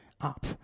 up